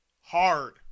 Hard